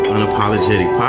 Unapologetic